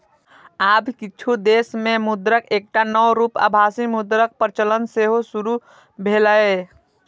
आब किछु देश मे मुद्राक एकटा नव रूप आभासी मुद्राक प्रचलन सेहो शुरू भेलैए